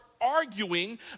arguing